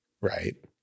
Right